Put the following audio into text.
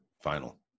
final